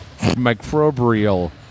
Microbial